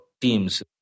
teams